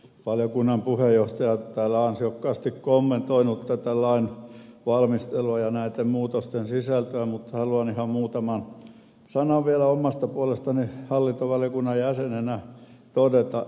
valiokunnan puheenjohtaja on täällä ansiokkaasti kommentoinut tätä lain valmistelua ja näiden muutosten sisältöä mutta haluan ihan muutaman sanan vielä omasta puolestani hallintovaliokunnan jäsenenä todeta